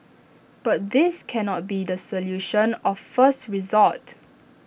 but this can not be the solution of first resort